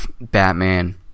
Batman